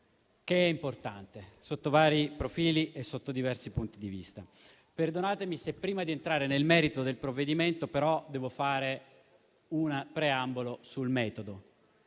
decreto importante sotto vari profili e sotto diversi punti di vista. Perdonatemi se, prima di entrare nel merito del provvedimento, farò un preambolo sul metodo.